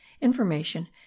information